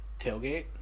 tailgate